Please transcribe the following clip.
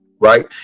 right